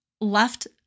left